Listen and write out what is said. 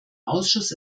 ausschuss